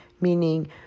meaning